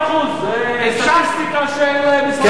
0.5% של משרד ראש הממשלה.